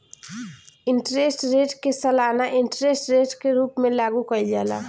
interest rate के सालाना interest rate के रूप में लागू कईल जाला